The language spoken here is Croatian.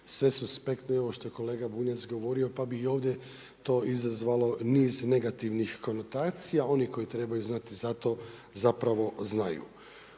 ne razumije./… ovo što je kolega Bunjac govorio, pa bi i ovdje to izazvalo niz negativnih konotacija. Oni koji trebaju za to zapravo znaju.